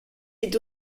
est